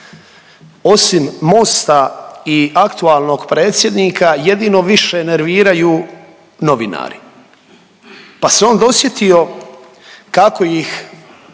osim Mosta i aktualnog predsjednika, jedino više nerviraju novinari pa se on dosjetio kako ih